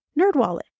NerdWallet